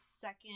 second